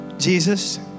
Jesus